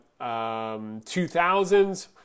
2000s